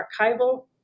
archival